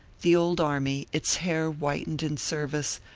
the old army, its hair whitened in service,